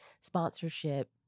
sponsorship